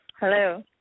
Hello